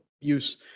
use